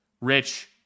Rich